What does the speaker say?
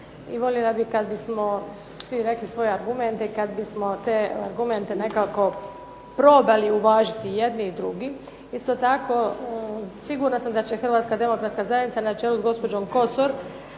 i voljela bih kad bismo svi rekli svoje argumente, i kad bismo te argumente nekako probali uvažiti jedni i drugi. Isto tako, sigurna sam da će Hrvatska demokratska zajednica na čelu s gospođom Kosor